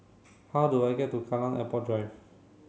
how do I get to Kallang Airport Drive